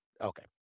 Okay